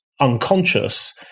unconscious